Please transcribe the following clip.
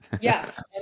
Yes